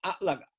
look